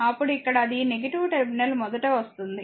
అప్పుడు ఇక్కడ అది టెర్మినల్ మొదట వస్తుంది